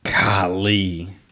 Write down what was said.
Golly